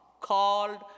called